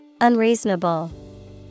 Unreasonable